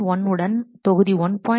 1 உடன் தொகுதி 1